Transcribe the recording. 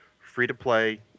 free-to-play